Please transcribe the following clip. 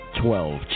Twelve